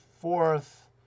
fourth